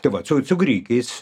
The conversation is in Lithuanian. tai vat su su grikiais